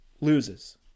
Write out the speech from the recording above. loses